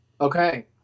Okay